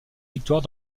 victoires